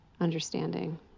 understanding